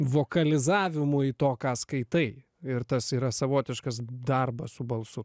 vokalizavimui to ką skaitai ir tas yra savotiškas darbas su balsu